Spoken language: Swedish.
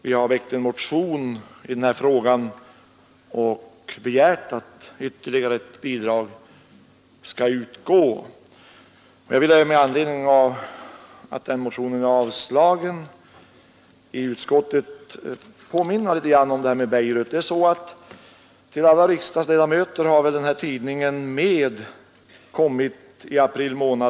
Vi har väckt en motion i den här frågan och begärt att riksdagen skall höja anslaget till kyrkofonden för att möjliggöra ett avlöningsbidrag till en sjömanspräst i Beirut. Med anledning av att motionen avslagits av utskottsmajoriteten vill jag här påminna om den verksamhet som bedrivs i Beirut. Till alla riksdagsledamöter har väl nr 4 av tidningen MED kommit i april månad.